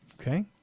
Okay